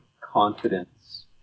confidence